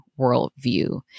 worldview